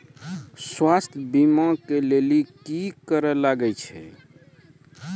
स्वास्थ्य बीमा के लेली की करे लागे छै?